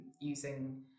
using